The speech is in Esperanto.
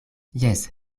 jes